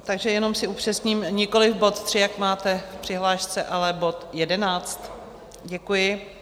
Takže jenom si upřesním, nikoliv bod 3, jak máte v přihlášce, ale bod 11. Děkuji.